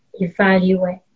evaluate